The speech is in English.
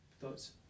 thoughts